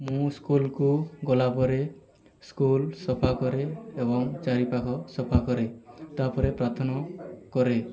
ମୁଁ ସ୍କୁଲକୁ ଗଲା ପରେ ସ୍କୁଲ ସଫା କରେ ଏବଂ ଚାରି ପାଖ ସଫା କରେ ତା'ପରେ ପ୍ରାର୍ଥନା କରେ